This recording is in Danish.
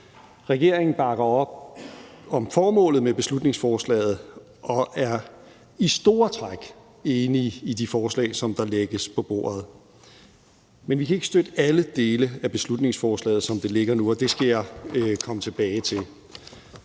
Regeringen bakker op om formålet med beslutningsforslaget og er i store træk enige i de forslag, som lægges på bordet, men vi kan ikke støtte alle dele af beslutningsforslaget, som det ligger nu, og det skal jeg komme tilbage til.